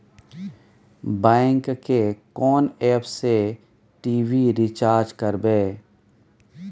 Bank के कोन app से टी.वी रिचार्ज करबे?